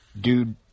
dude